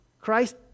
Christ